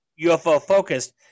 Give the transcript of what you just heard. UFO-focused